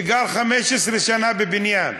שגר 15 שנה בבניין,